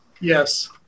Yes